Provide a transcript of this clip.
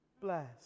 Bless